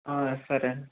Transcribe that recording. సరే అండి